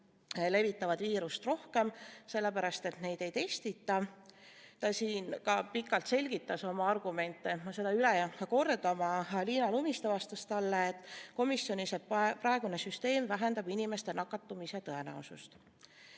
levitavad viirust rohkem, sellepärast et neid ei testita. Ta siin ka pikalt selgitas oma argumente, ma neid üle ei hakka kordama. Aga Liina Lumiste vastas talle komisjonis, et praegune süsteem vähendab inimeste nakatumise tõenäosust.